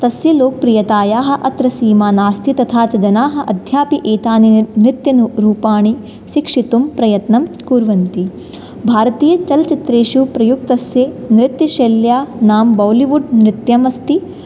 तस्य लोकप्रियतायाः अत्र सीमा नास्ति तथा च जनाः अद्यापि एतानि नृत्यरूपाणि शिक्षितुं प्रयत्नं कुर्वन्ति भारतीय चलच्चित्रेषु प्रयुक्तस्य नृत्यशैल्याः नाम बालिवुड् नृत्यमस्ति